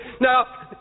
Now